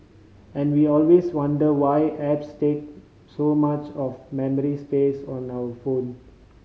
and we always wonder why apps take so much of memory space on our phone